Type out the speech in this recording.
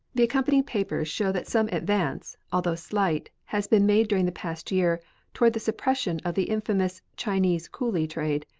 the accompanying papers show that some advance, although slight, has been made during the past year toward the suppression of the infamous chinese cooly trade.